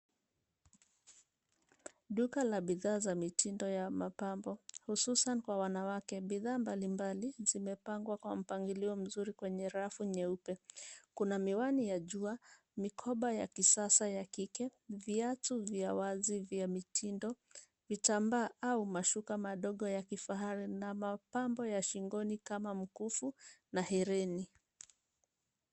Duka la bidhaa za mitindo ya mapambo hususan kwa wanawake. Bidhaa mbalimbali zimepangwa kwa mpangilio mzuri kwenye rafu nyeupe. Kuna miwani ya jua, mikoba ya kisasa ya kike, viatu vya wazi vya mitindo, vitambaa au mashuka madogo ya kifahari na mapambo ya shingoni kama mkufu na hereni.